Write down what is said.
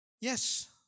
Yes